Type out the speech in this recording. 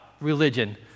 religion